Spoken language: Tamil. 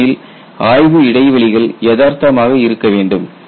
ஏனெனில் ஆய்வு இடைவெளிகள் யதார்த்தமாக இருக்க வேண்டும்